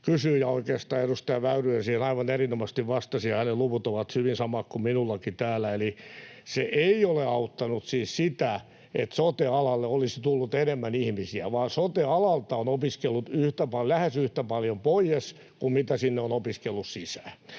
mihin oikeastaan edustaja Väyrynen siellä aivan erinomaisesti vastasi. Hänen lukunsa ovat hyvin samat kuin minullakin täällä, eli se ei ole auttanut siis sitä, että sote-alalle olisi tullut enemmän ihmisiä, vaan sote-alalta on opiskellut lähes yhtä paljon pois kuin mitä sinne on opiskellut sisään.